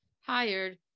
hired